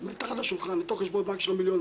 אנחנו לא מכריעים פה בנושא הפלילי,